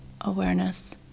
awareness